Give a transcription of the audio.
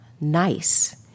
nice